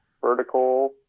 Vertical